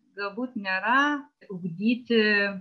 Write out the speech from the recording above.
galbūt nėra ugdyti